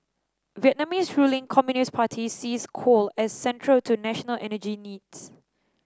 Vietnam's ruling Communist Party sees coal as central to national energy needs